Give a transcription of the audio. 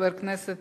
חבר הכנסת